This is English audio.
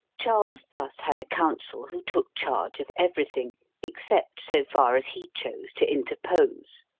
charles thus had a council who took charge of every thing, except so far as he chose to interpose.